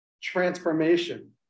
transformation